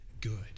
good